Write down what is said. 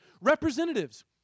representatives